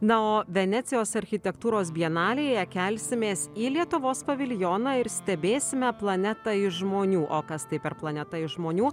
na o venecijos architektūros bienalėje kelsimės į lietuvos paviljoną ir stebėsime planetą iš žmonių o kas tai per planeta iš žmonių